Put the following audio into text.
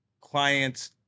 clients